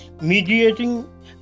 mediating